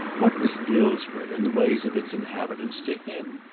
what was dillsborough and the ways of its inhabitants to him?